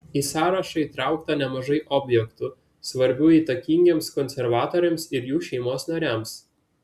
į sąrašą įtraukta nemažai objektų svarbių įtakingiems konservatoriams ir jų šeimos nariams